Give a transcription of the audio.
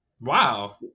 wow